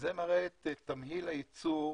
מראה את תמהיל הייצור